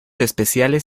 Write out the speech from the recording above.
especiales